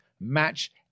Match